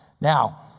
Now